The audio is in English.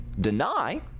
deny